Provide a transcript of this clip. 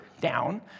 down